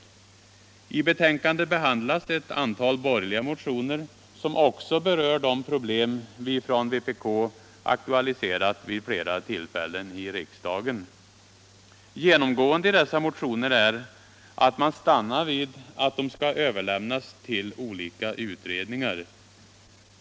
I betänkandet behandlas ett antal borgerliga motioner, som också berör de problem vi från vpk aktualiserat vid flera tillfällen i riksdagen. Genomgående i dessa motioner är att man stannar vid yrkandet att motionerna skall överlämnas till olika utredningar.